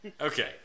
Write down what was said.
Okay